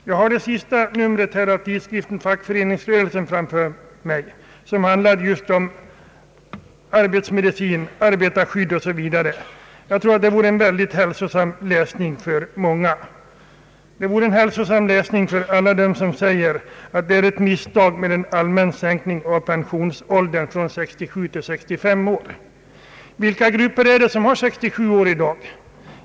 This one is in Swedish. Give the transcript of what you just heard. Jag har här framför mig det senaste numret av tidskriften Fackföreningsrörelsen, som :handlar just om arbetsmedicin och arbetarskydd osv. Jag tror att detta vore en hälsosam läsning för alla dem som säger att det är ett misstag med en allmän sänkning av pensionsåldern från 67 till 65 år. Vilka grupper är det som har en pensionsålder vid 67 år i dag?